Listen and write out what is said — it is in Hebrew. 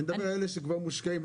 אני מדבר על אלה שכבר מושקעים,